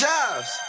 Jobs